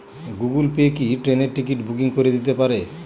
Google Pay কি ট্রেনের ticket booking করে দিতে পারে?